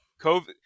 COVID